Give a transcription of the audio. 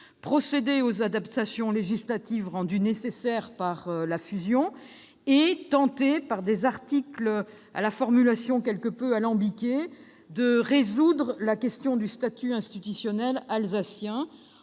procéder aux adaptations législatives rendues nécessaires par la fusion et tenter, par des articles à la formulation quelque peu alambiquée, de résoudre la question du statut institutionnel alsacien.